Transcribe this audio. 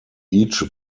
each